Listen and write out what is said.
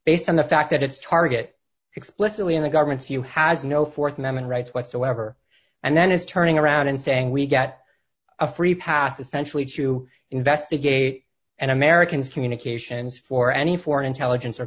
based on the fact that its target explicitly in the government's view has no th amendment rights whatsoever and then is turning around and saying we get a free pass essentially to investigate and americans communications for any foreign intelligence or